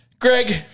Greg